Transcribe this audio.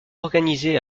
organisés